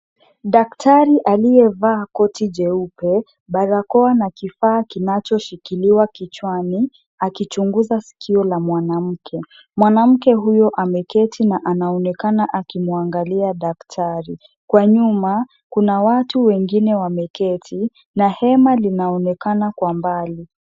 Daktari aliyevaa koti jeupe, barakoa na kifaa kinacho shikiliwa kichwani, akichunguza sikio la mwanamke. Mwanamke huyo ameketi na anaonekana akim wangalia daktari. Kwa nyuma, kuna watu wengine wameketi, na hema linao nekana kwa mbali.